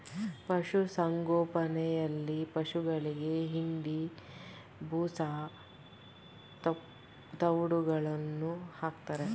ಪಶುಸಂಗೋಪನೆಯಲ್ಲಿ ಪಶುಗಳಿಗೆ ಹಿಂಡಿ, ಬೂಸಾ, ತವ್ಡುಗಳನ್ನು ಹಾಕ್ತಾರೆ